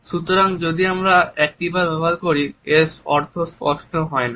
সুতরাং আমরা যদি একটিবার ব্যবহার করি এর অর্থ স্পষ্ট হয় না